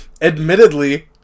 admittedly